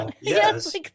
Yes